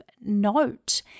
note